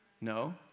No